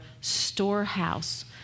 storehouse